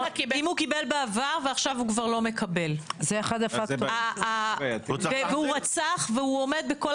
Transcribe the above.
אם הוא קיבל בעבר ועכשיו הוא כבר לא מקבל והוא רצח והוא עומד בכל